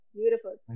Beautiful